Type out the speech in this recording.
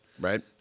Right